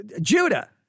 judah